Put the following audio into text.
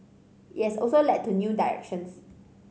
it has also led to new directions